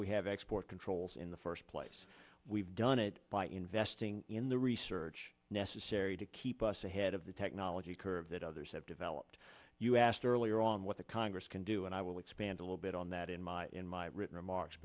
we have export controls in the first place we've done it by investing in the research necessary to keep us ahead of the technology curve that others have developed you asked earlier on what the congress can do and i will expand a little bit on that in my in my written remarks